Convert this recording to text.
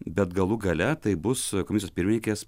bet galų gale tai bus komisijos pirmininkės